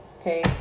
okay